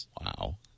Wow